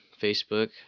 Facebook